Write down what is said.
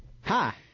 Hi